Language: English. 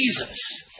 Jesus